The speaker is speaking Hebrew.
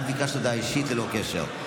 את ביקשת הודעה אישית, ללא קשר.